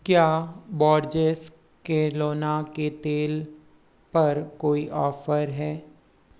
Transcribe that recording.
क्या बोर्जेस कैलोना के तेल पर कोई ऑफर है